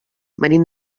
venim